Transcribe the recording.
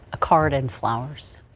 a card and flowers.